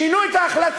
שינו את ההחלטה.